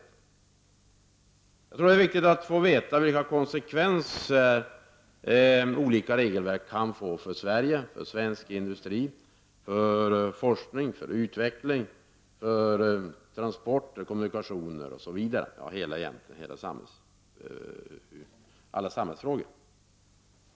Jag tror att det är viktigt att få veta vilka konsekvenser olika regelverk kan få för Sverige, svensk industri, forskning, utveckling, transporter, kommunikationer osv. — ja, egentligen alla samhällsfrågor.